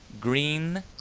Green